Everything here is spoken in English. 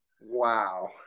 Wow